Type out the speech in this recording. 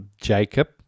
jacob